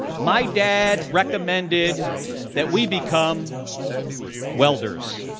my dad recommended that we become welders.